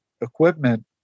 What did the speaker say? equipment